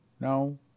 No